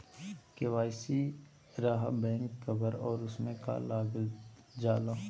KYC रहा back cover और उसमें का का लागल जाला?